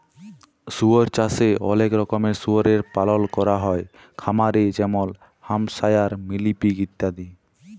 শুয়র চাষে অলেক রকমের শুয়রের পালল ক্যরা হ্যয় খামারে যেমল হ্যাম্পশায়ার, মিলি পিগ ইত্যাদি